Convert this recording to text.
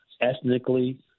ethnically